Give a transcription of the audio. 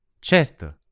Certo